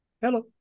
Hello